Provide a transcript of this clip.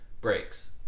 breaks